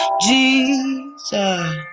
Jesus